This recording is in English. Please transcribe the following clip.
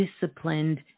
disciplined